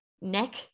neck